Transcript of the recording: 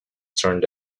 turned